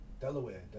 delaware